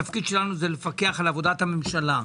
תפקידנו לפקח על עבודת הממשלה.